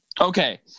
Okay